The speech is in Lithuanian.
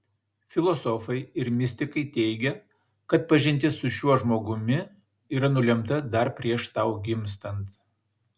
filosofai ir mistikai teigia kad pažintis su šiuo žmogumi yra nulemta dar prieš tau gimstant